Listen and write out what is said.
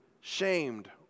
shamed